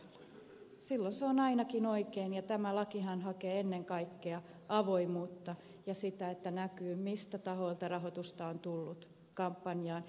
silloin se on ainakin oikein ja tämä lakihan hakee ennen kaikkea avoimuutta ja sitä että näkyy miltä tahoilta rahoitusta on tullut kampanjaan